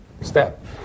step